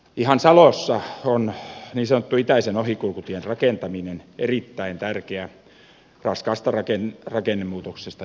ihan salossa on niin sanotun itäisen ohikulkutien rakentaminen erittäin tärkeää raskaasta rakennemuutoksesta johtuen